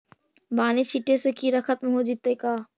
बानि छिटे से किड़ा खत्म हो जितै का?